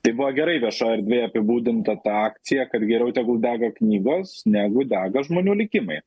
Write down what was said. tai buvo gerai viešojoj erdvėje apibūdinta ta akcija kad geriau tegul dega knygos negu dega žmonių likimai